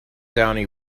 downey